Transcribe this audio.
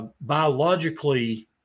biologically